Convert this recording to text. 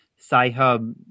Sci-Hub